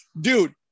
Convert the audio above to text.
dude